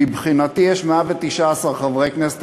מבחינתי יש 119 חברי כנסת,